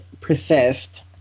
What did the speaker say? persist